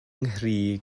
nghri